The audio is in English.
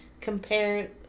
compare